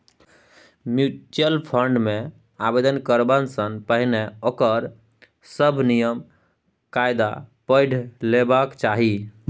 mutual fund मे आवेदन करबा सँ पहिने ओकर सभ नियम कायदा पढ़ि लेबाक चाही